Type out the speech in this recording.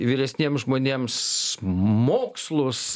vyresniems žmonėms mokslus